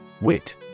Wit